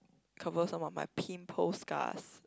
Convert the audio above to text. cover some of my pimple scars